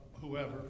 whoever